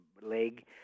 leg